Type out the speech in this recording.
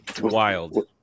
Wild